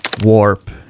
warp